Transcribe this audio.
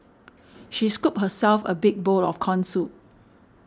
she scooped herself a big bowl of Corn Soup